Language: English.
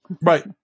Right